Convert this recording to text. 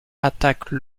attaque